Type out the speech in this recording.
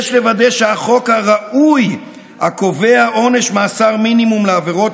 יש לוודא שהחוק הראוי הקובע עונש מאסר מינימום לעבירות